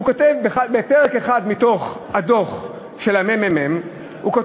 והוא כותב בפרק אחד מתוך הדוח על עליית